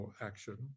action